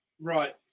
Right